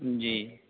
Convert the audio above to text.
जी